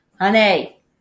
Honey